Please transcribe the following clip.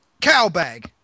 Cowbag